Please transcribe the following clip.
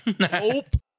hope